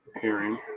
hearing